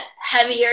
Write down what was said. heavier